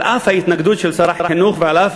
על אף ההתנגדות של שר החינוך ועל אף